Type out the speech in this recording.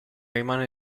rimane